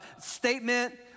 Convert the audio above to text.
statement